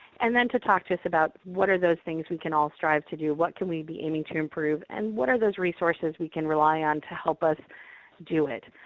and then to talk to us about what are those things we can all strive to do? what can we be aiming to improve? and what are those resources we can rely on to help us do it?